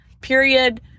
Period